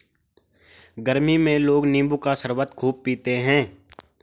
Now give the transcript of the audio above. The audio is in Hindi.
गरमी में लोग नींबू का शरबत खूब पीते है